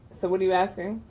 so what are you asking?